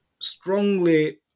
strongly